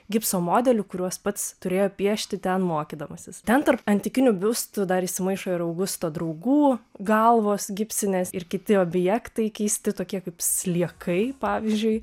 gipso modelių kuriuos pats turėjo piešti ten mokydamasis ten tarp antikinių biustų dar įsimaišo ir augusto draugų galvos gipsinės ir kiti objektai keisti tokie kaip sliekai pavyzdžiui